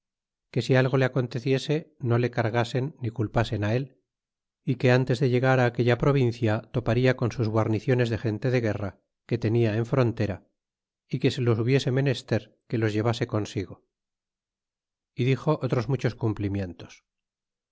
que si algo le aconteciese no le cargasen ni culpasen á él y que antes de llegar á aquella provincia toparia con sus guarniciones de gente de guerra que tenia en frontera y que si los hubiese menester que los llevase consigo y dixo otros muchos cumplimientos